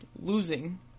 losing